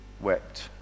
wept